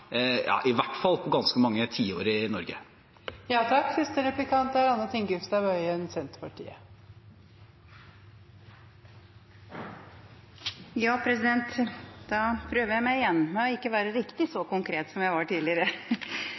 i hvert fall på ganske mange tiår, i Norge. Da prøver jeg meg igjen og skal ikke være riktig så konkret som jeg var tidligere.